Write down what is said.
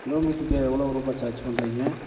கிலோமீட்டருக்கு எவ்வளோ ரூபாய் சார்ஜ் பண்ணுறிங்க